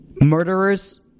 Murderers